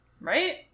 Right